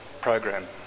program